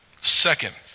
Second